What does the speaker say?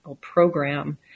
program